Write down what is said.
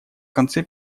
конце